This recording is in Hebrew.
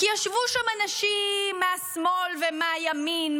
כי ישבו שם אנשים מהשמאל ומהימין,